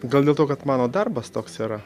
gal dėl to kad mano darbas toks yra